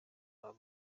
babo